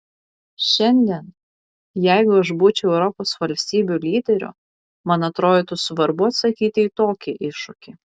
šiandien jeigu aš būčiau europos valstybių lyderiu man atrodytų svarbu atsakyti į tokį iššūkį